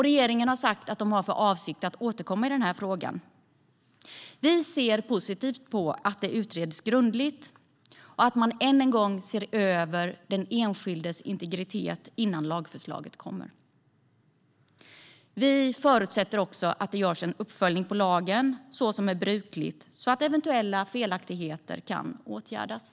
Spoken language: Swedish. Regeringen har sagt att de har för avsikt att återkomma i frågan. Vi ser positivt på att detta utreds grundligt och att man än en gång ser över den enskildes integritet innan lagförslaget kommer. Vi förutsätter också att det görs en uppföljning av lagen, så som är brukligt, så att eventuella felaktigheter kan åtgärdas.